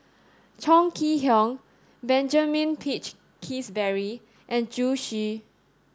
Chong Kee Hiong Benjamin Peach Keasberry and Zhu Xu